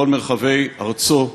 בכל מרחבי ארצו,